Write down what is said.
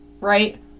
right